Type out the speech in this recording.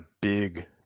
big